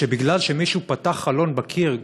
שמפני שמישהו פתח חלון בקיר,